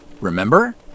Remember